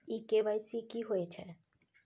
इ के.वाई.सी की होय छै?